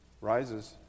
rises